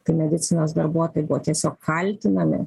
tai medicinos darbuotojai buvo tiesiog kaltinami